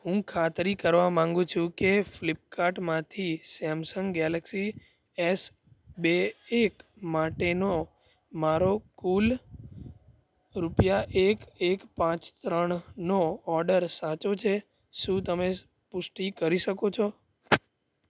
હું ખાતરી કરવા માંગુ છું કે ફ્લીપકાર્ટમાંથી સેમસંગ ગેલેક્સી એસ બે એક માટેનો મારો કુલ રૂપિયા એક એક પાંચ ત્રણનો ઓડર સાચો છે શું તમે પુષ્ટિ કરી શકો છો